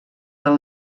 del